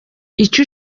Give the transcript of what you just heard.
icyo